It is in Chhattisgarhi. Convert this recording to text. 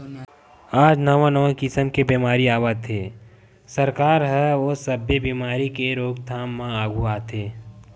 आज नवा नवा किसम के बेमारी आवत हे, सरकार ह ओ सब्बे बेमारी के रोकथाम म आघू आथे